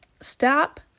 Stop